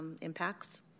impacts